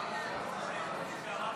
30 בעד,